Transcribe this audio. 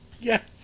Yes